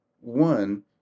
One